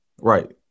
Right